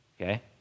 Okay